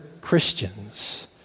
Christians